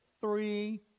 three